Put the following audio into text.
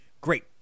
great